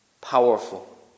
Powerful